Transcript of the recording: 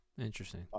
Interesting